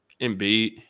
Embiid